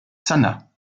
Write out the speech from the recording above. sana